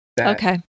Okay